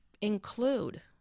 include